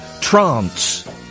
trance